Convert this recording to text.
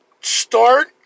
Start